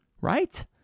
right